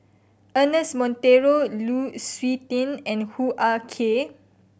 Ernest Monteiro Lu Suitin and Hoo Ah Kay